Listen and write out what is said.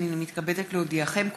הינני מתכבדת להודיעכם,